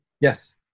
Yes